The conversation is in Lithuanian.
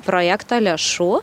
projekto lėšų